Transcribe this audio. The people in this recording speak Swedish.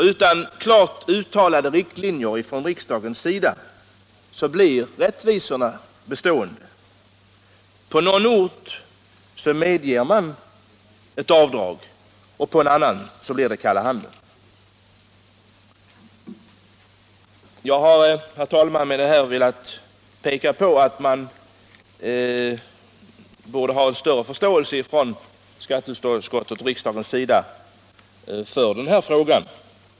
Utan klart uttalade anvisningar från riksdagens sida blir orättvisorna bestående. På någon ort medger man ett avdrag, och på en annan blir det kalla handen. Jag har, herr talman, med det sagda velat understryka att skatteutskottet och riksdagen borde visa större förståelse för den här frågan.